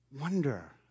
wonder